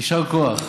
יישר כוח.